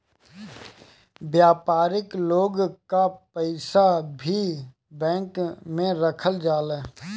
व्यापारिक लोग कअ पईसा भी बैंक में रखल जाला